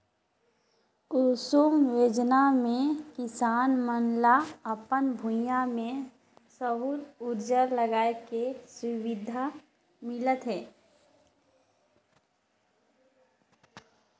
कुसुम योजना मे किसान मन ल अपन भूइयां में सउर उरजा लगाए के सुबिधा मिलत हे